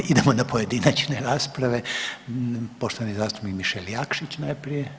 Ovaj, idemo na pojedinačne rasprave, poštovani zastupnik Mišel Jakšić, najprije.